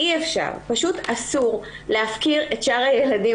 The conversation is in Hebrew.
אי-אפשר, פשוט אסור להפקיר את שאר הילדים.